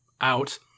out